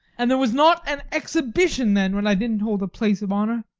and there was not an exhibition then where i didn't hold a place of honour.